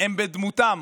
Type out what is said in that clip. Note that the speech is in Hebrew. הם בדמותם